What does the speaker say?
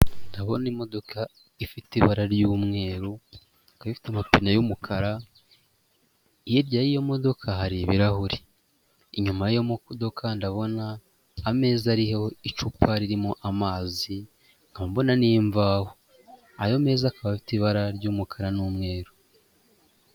Ndabona imodoka ifite ibara ry'umweru, ikaba ifite amapine y'umukara, hirya y'iyo modoka hari ibirahuri, inyuma y'iyi modoka ndabona ameza ariho icupa ririmo amazi, nkaba mbona n'imvaho. Ayo meza akaba afite ibara ry'umukara n'umweru.